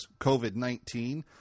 COVID-19